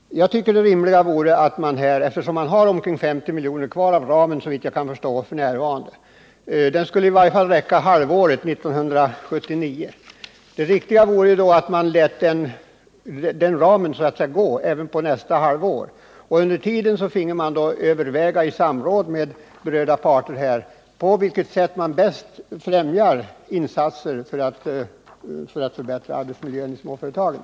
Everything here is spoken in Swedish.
De 50 milj.kr. som såvitt jag kan förstå f. n. finns kvar av garantiramen skulle i varje fall räcka första halvåret 1979. Det riktiga vore då att bevilja lån inom den ramen även under nästa halvår. Och under tiden finge man överväga, i samråd med berörda parter, på vilket sätt man bäst främjar insatser för att förbättra arbetsmiljön vid småföretagen.